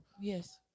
Yes